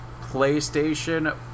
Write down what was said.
PlayStation